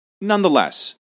Nonetheless